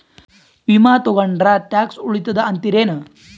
ವಿಮಾ ತೊಗೊಂಡ್ರ ಟ್ಯಾಕ್ಸ ಉಳಿತದ ಅಂತಿರೇನು?